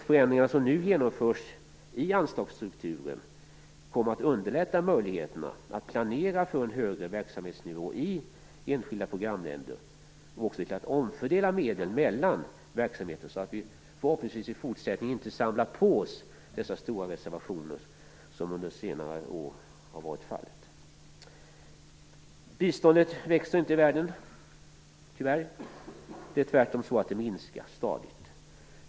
Förändringar som nu genomförs i anslagsstrukturen kommer att göra det lättare att planera för en högre verksamhetsnivå i enskilda programländer och att omfördela medlen mellan verksamheter, så att vi i fortsättningen, förhoppningsvis, inte samlar på oss så stora reservationer som under senare år har varit fallet. Biståndet i världen växer, tyvärr, inte. Tvärtom minskar det stadigt.